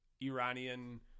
iranian